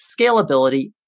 scalability